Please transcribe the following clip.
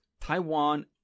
Taiwan